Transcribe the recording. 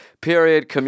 period